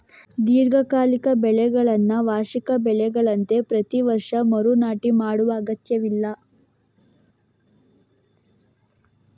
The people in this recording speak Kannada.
ದೀರ್ಘಕಾಲಿಕ ಬೆಳೆಗಳನ್ನ ವಾರ್ಷಿಕ ಬೆಳೆಗಳಂತೆ ಪ್ರತಿ ವರ್ಷ ಮರು ನಾಟಿ ಮಾಡುವ ಅಗತ್ಯವಿಲ್ಲ